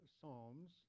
psalms